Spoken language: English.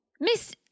Miss